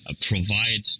provide